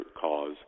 cause